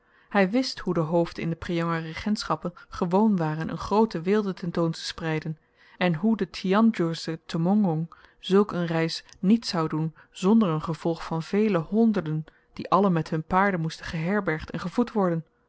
hy wist hoe de hoofden in de preanger regentschappen gewoon waren een groote weelde ten toon te spreiden en hoe de tjanjorsche tommongong zulk een reis niet zou doen zonder een gevolg van vele honderden die allen met hun paarden moesten geherbergd en gevoed worden